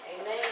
Amen